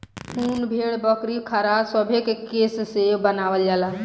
उन भेड़, बकरी, खरहा सभे के केश से बनावल जाला